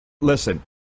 Listen